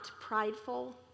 prideful